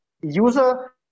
user